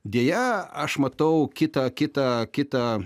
deja aš matau kitą kitą kitą